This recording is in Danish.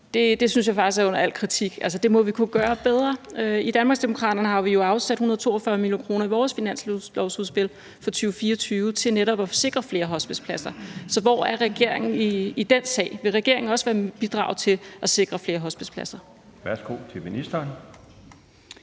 dør, synes jeg faktisk er under al kritik, og det må vi kunne gøre bedre. I Danmarksdemokraterne har vi jo i vores finanslovsudspil for 2024 afsat 142 mio. kr. til netop at sikre flere hospicepladser. Så hvor er regeringen i den sag? Og vil regeringen også bidrage til at sikre flere hospicepladser? Kl. 16:16 Den